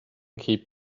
keep